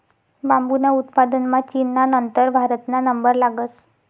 बांबूना उत्पादनमा चीनना नंतर भारतना नंबर लागस